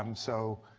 um so,